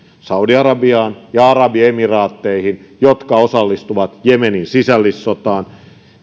saudi arabiaan ja arabiemiraatteihin jotka osallistuvat jemenin sisällissotaan